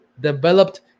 developed